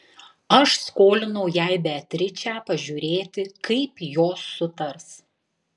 aš skolinau jai beatričę pažiūrėti kaip jos sutars